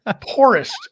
poorest